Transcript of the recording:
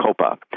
COPA